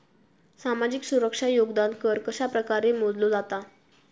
सामाजिक सुरक्षा योगदान कर कशाप्रकारे मोजलो जाता